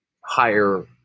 higher